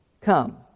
come